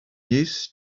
used